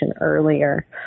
earlier